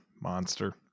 Monster